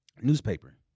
newspaper